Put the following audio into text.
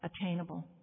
attainable